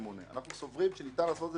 אנחנו סוברים שניתן לעשות זאת בשני האופנים.